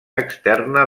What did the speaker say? externa